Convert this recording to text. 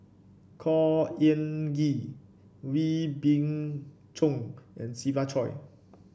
Khor Ean Ghee Wee Beng Chong and Siva Choy